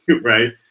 Right